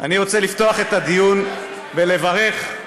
אני רוצה לפתוח את הדיון בלברך אותך,